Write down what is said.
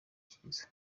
kiza